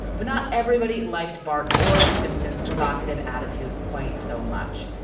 but not everybody liked bart or the simpsons provocative attitude quite so much.